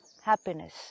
happiness